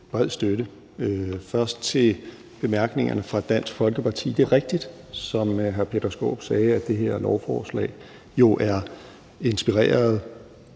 bred støtte. Først til bemærkningerne fra Dansk Folkeparti: Det er rigtigt, som hr. Peter Skaarup siger, at lovforslaget er inspireret